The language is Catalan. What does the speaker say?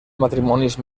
matrimonis